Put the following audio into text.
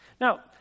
Now